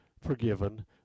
forgiven